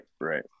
right